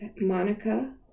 Monica